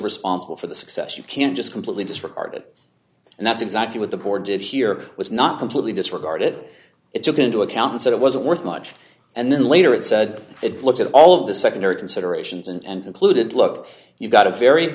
responsible for the success you can't just completely disregard it and that's exactly what the board did here was not completely disregarded it took into account and said it wasn't worth much and then later it said it looked at all of the secondary considerations and included look you've got a very